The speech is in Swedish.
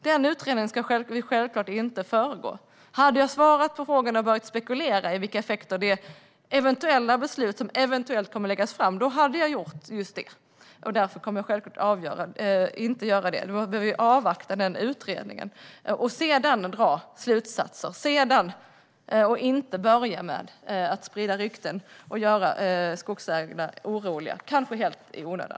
Den utredningen ska vi självklart inte föregripa. Hade jag svarat på frågan och börjat spekulera om vilka effekter det beslut som eventuellt kommer att läggas fram skulle ha hade jag gjort just det. Därför kommer jag självklart inte att göra detta. Vi behöver avvakta utredningen och sedan dra slutsatser. Vi ska inte börja med att sprida rykten och göra skogsägarna oroliga, kanske helt i onödan.